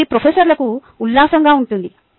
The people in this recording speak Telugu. మరియు అది ప్రొఫెసర్కు ఉల్లాసంగా ఉంటుంది